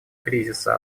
кризиса